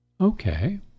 Okay